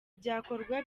byakorwa